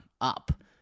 up